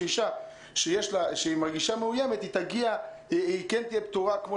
שאישה שמרגישה מאוימת תהיה פטורה כמו